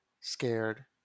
scared